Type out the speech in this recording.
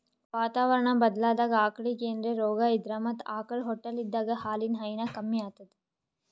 ವಾತಾವರಣಾ ಬದ್ಲಾದಾಗ್ ಆಕಳಿಗ್ ಏನ್ರೆ ರೋಗಾ ಇದ್ರ ಮತ್ತ್ ಆಕಳ್ ಹೊಟ್ಟಲಿದ್ದಾಗ ಹಾಲಿನ್ ಹೈನಾ ಕಮ್ಮಿ ಆತದ್